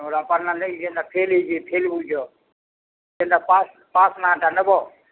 ଯେନ୍ଟା ପାସ୍ ନାଁ'ଟା ନେବ